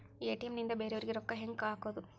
ATM ನಿಂದ ಬೇರೆಯವರಿಗೆ ರೊಕ್ಕ ಹೆಂಗ್ ಹಾಕೋದು?